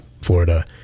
Florida